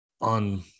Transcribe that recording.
on